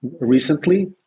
recently